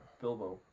Bilbo